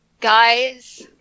Guys